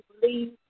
believe